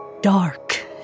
dark